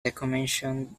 decommissioned